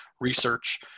research